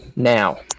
Now